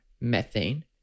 Methane